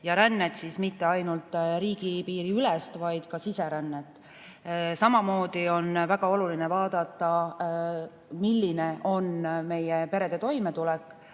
ja rännet, ning mitte ainult riigipiiriülest, vaid ka siserännet. Samamoodi on väga oluline vaadata, milline on meie perede toimetulek